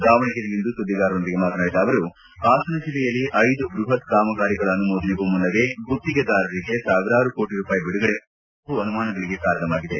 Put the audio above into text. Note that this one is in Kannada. ದಾವಣಗೆರೆಯಲ್ಲಿಂದು ಸುದ್ದಿಗಾರರೊಂದಿಗೆ ಮಾತನಾಡಿದ ಅವರು ಹಾಸನ ಜಿಲ್ಲೆಯಲ್ಲಿ ಐದು ಬೃಪತ್ ಕಾಮಗಾರಿಗಳ ಅನುಮೋದನೆಗೂ ಮುನ್ನವೇ ಗುತ್ತಿಗೆದಾರರಿಗೆ ಸಾವಿರಾರು ಕೋಟಿ ರೂಪಾಯಿ ಬಿಡುಗಡೆ ಮಾಡಿರುವುದು ಪಲವು ಅನುಮಾನಗಳಿಗೆ ಕಾರಣವಾಗಿದೆ